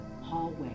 hallway